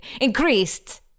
increased